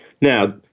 Now